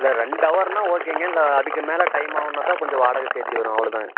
இல்லை ரெண்டு ஹவர்னால் ஓகேங்க இல்லை அதுக்கு மேலே டைம் ஆகும்ன்னு பார்த்தா கொஞ்சம் வாடகை சேர்த்து வரும் அவ்வளோதாங்க